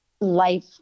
life